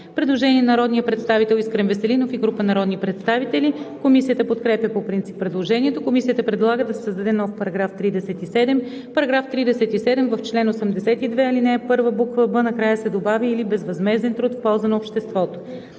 Предложение на народния представител Искрен Веселинов и група народни представители. Комисията подкрепя по принцип предложението. Комисията предлага да се създаде нов § 37: „§ 37. В чл. 82, ал. 1, буква „б“ накрая се добавя „или безвъзмезден труд в полза на обществото“.“